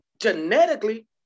Genetically